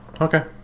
Okay